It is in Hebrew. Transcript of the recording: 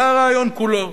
זה הרעיון כולו.